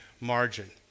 margin